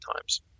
times